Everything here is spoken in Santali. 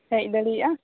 ᱦᱮᱡ ᱫᱟᱲᱮᱭᱟᱜ ᱟᱢ